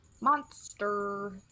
Monster